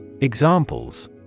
Examples